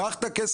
קח את הכסף.